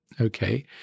okay